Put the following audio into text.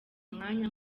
umwanya